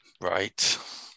Right